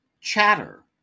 Chatter